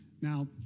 Now